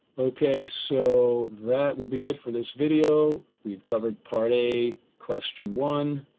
okay, so that will be it for this video. we've covered part a question one,